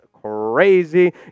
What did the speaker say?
crazy